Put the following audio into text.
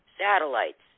satellites